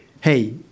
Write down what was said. hey